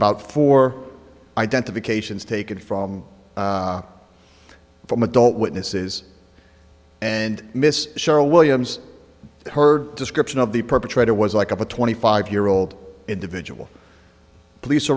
about four identifications taken from from adult witnesses and miss cheryl williams her description of the perpetrator was like a twenty five year old individual police